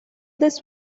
this